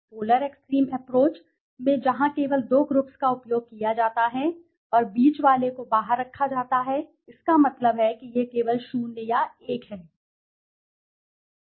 polar extreme approach में जहां केवल दो ग्रुप्स का उपयोग किया जाता है और बीच वाले को बाहर रखा जाता है इसका मतलब है कि यह केवल 0 या 1 है